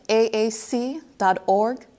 aac.org